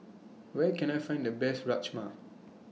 Where Can I Find The Best Rajma